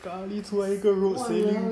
sekali 出来一个 road sailing